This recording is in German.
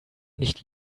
nicht